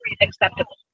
acceptable